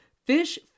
Fish